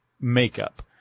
makeup